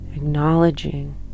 Acknowledging